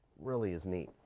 really is neat.